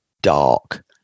dark